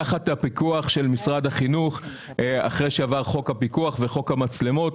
תחת הפיקוח של משרד החינוך אחרי שעבר חוק הפיקוח וחוק המצלמות.